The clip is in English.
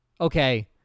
okay